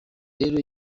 rero